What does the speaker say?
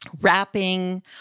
wrapping